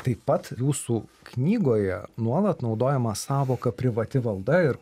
taip pat jūsų knygoje nuolat naudojama sąvoka privati valda ir